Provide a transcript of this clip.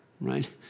right